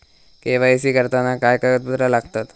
KYC करताना काय कागदपत्रा लागतत?